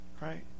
right